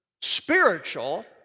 spiritual